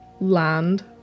land